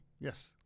Yes